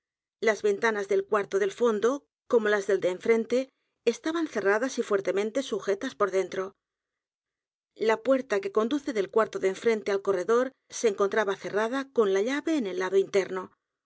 las ventanas del cuarto del fondo como las del de enfrente estaban cerradas y fuertemente sujetas por dentro la puerta que conduce del cuarto de enfrente al corredor se encontraba cerrada con la llave en el lado interno